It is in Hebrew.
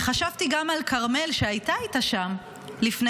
וחשבתי גם על כרמל שהייתה איתה שם לפני